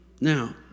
Now